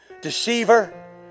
Deceiver